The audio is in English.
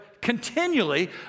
continually